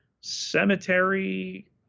cemetery